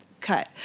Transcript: cut